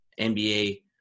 NBA